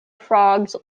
frogs